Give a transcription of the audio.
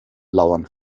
lauern